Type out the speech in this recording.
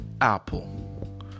Apple